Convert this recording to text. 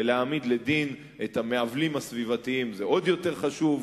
להעמיד לדין את המעוולים הסביבתיים זה עוד יותר חשוב,